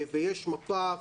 ויש מפה,